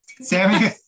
sammy